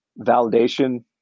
validation